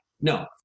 No